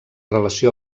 relació